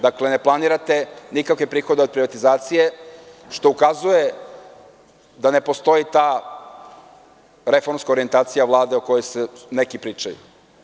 Dakle, ne planirate nikakve prihode od privatizacije, što ukazuje da ne postoji ta reformska orijentacija Vlade o kojoj neki pričaju.